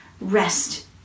rest